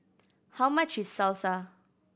how much is Salsa